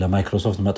Microsoft